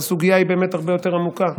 אבל הסוגיה היא באמת הרבה יותר עמוקה,